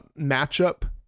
matchup